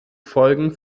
folgen